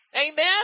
Amen